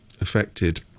affected